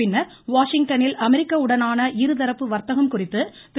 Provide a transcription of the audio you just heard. பின்னர் வாஷிங்டனில் அமெரிக்கா உடனான இருதரப்பு வர்த்தகம் குறித்தும் திரு